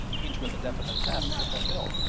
each with a definite task to fulfil.